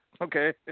Okay